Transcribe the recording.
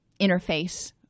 interface